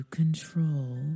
control